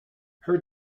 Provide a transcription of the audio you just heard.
her